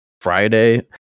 Friday